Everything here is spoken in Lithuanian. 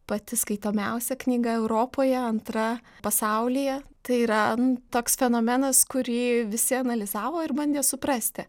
pati skaitomiausia knyga europoje antra pasaulyje tai yra toks fenomenas kurį visi analizavo ir bandė suprasti